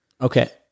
Okay